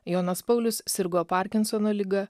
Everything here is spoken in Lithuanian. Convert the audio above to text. jonas paulius sirgo parkinsono liga